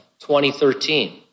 2013